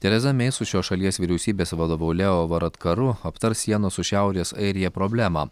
tereza mei su šios šalies vyriausybės vadovu leo varadkaru aptars sienos su šiaurės airija problemą